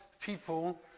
people